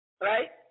right